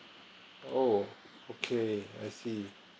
oh okay I see